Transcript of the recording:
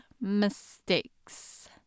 mistakes